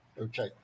Okay